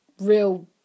real